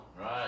Right